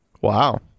Wow